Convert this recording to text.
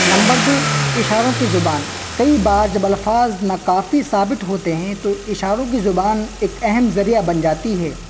number دو اشاروں کی زبان کئی بار جب الفاظ ناکافی ثابت ہوتے ہیں تو اشاروں کی زبان ایک اہم ذریعہ بن جاتی ہے